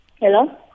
hello